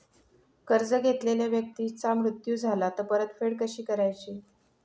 कर्ज घेतलेल्या व्यक्तीचा मृत्यू झाला तर परतफेड कशी करायची?